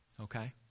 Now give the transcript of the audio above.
Okay